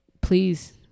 please